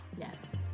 Yes